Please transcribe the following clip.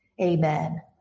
amen